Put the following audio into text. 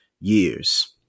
years